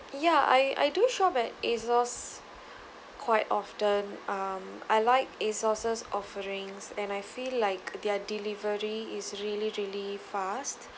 ya I I do shop at ASOS quite often um I ike ASOS's offering and I feel like their delivery is really really fast